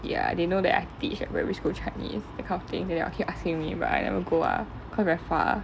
ya they know that I teach primary school chinese that kind of thing and then they'll keep asking me but I never go ah cause very far